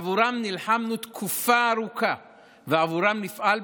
עבורם נלחמנו תקופה ארוכה ועבורם נפעל,